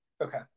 okay